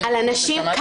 שלו,